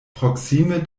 proksime